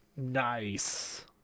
nice